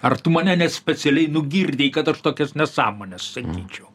ar tu mane ne specialiai nugirdei kad aš tokias nesąmones sakyčiau